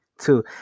Two